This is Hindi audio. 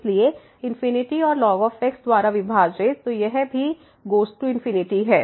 इसलिए और ln x द्वारा विभाजित तो यह भी गोज़ टू है